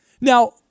Now